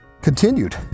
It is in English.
continued